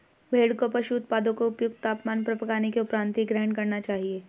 भेड़ को पशु उत्पादों को उपयुक्त तापमान पर पकाने के उपरांत ही ग्रहण करना चाहिए